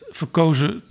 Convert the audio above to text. verkozen